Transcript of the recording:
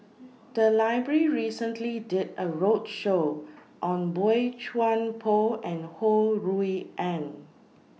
The Library recently did A roadshow on Boey Chuan Poh and Ho Rui An